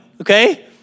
okay